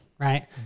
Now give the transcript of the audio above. right